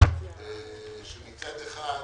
מצד אחד,